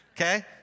Okay